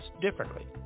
differently